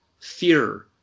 fear